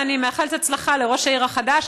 ואני מאחלת הצלחה לראש העיר החדש.